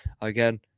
again